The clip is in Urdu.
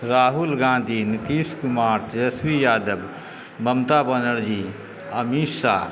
راہل گاندھی نیتیش کمار تیجسوی یادو ممتا بنرجی امیت شاہ